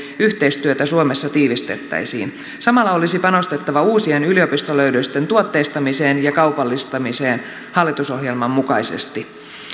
yhteistyötä suomessa tiivistettäisiin samalla olisi panostettava uusien yliopistolöydösten tuotteistamiseen ja kaupallistamiseen hallitusohjelman mukaisesti